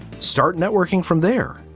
start networking from there.